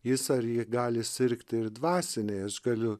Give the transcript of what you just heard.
jis ar ji gali sirgti ir dvasiniai aš galiu